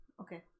Okay